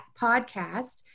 podcast